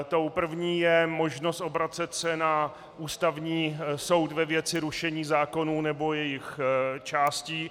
Tou první je možnost obracet se na Ústavní soud ve věci rušení zákonů nebo jejich částí.